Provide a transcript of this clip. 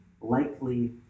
likely